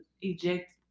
eject